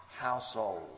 household